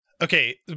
okay